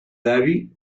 david